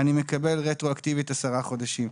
אני מקבל עשרה חודשים רטרואקטיבית.